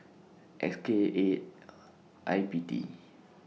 X K eight I P T